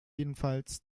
jedenfalls